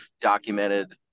documented